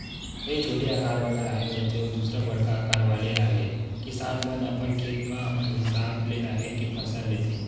एक छोटे अकार वाले राहेर होथे अउ दूसर बड़का अकार वाले राहेर, किसान मन अपन खेत म अपन हिसाब ले राहेर के फसल लेथे